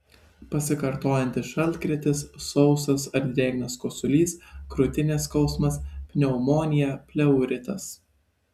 pasikartojantis šaltkrėtis sausas ar drėgnas kosulys krūtinės skausmas pneumonija pleuritas